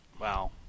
wow